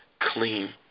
clean